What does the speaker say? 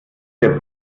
der